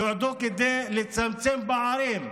יועדו כדי לצמצם פערים,